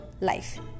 life